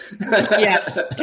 Yes